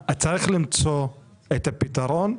צריך למצוא את הפתרון,